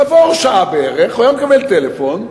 כעבור שעה בערך הוא היה מקבל טלפון: